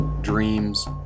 Dreams